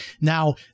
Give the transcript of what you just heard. Now